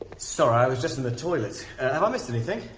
sorry, i was just in the toilet! have i missed anything?